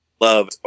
love